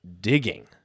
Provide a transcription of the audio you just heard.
digging